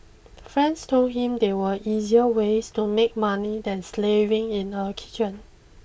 friends told him there were easier ways to make money than slaving in a kitchen